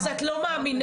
אז את לא מאמינה,